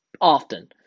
often